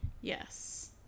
yes